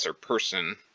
person